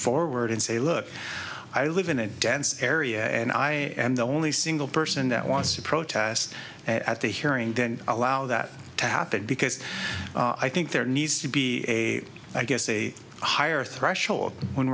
forward and say look i live in a dense area and i am the only single person that wants to protest at the hearing then allow that to happen because i think there needs to be a i guess a higher threshold when